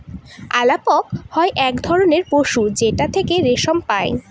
আলাপক হয় এক ধরনের পশু যেটার থেকে রেশম পাই